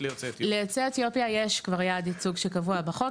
ליוצאי אתיופיה יש כבר יעד ייצוג שקבוע בחוק,